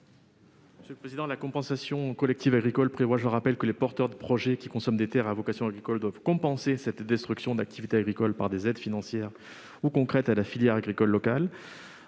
économiques ? La compensation collective agricole prévoit, je le rappelle, que les porteurs de projets qui consomment des terres à vocation agricole doivent compenser la destruction des activités agricoles par des aides financières ou concrètes à la filière agricole locale.